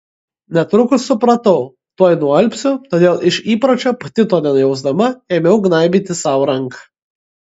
netrukus supratau tuoj nualpsiu todėl iš įpročio pati to nejausdama ėmiau gnaibyti sau ranką